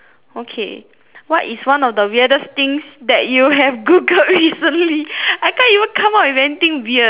what is one of the weirdest things that you have Googled recently I can't even come up with anything weird